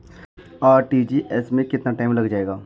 RTGS में कितना time लग जाएगा?